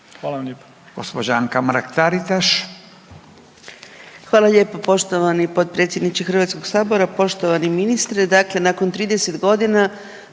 Hvala lijepo